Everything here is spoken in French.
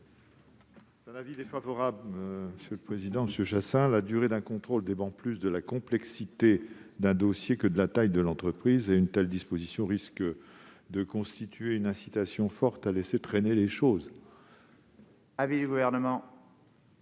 est défavorable, monsieur Chasseing. La durée d'un contrôle dépend plus de la complexité d'un dossier que de la taille de l'entreprise. Une telle disposition risque de constituer une incitation forte à laisser traîner les choses. Quel est l'avis du Gouvernement